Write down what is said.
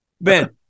Ben